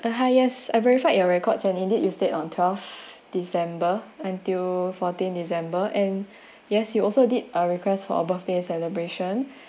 uh highest I verify your records and indeed instead on twelve december until fourteen december and yes you also did a request for a birthday celebration